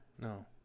No